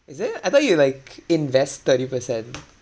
is it I thought you will like invest thirty percent